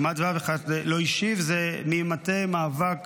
לא אישי,- ממטה מאבק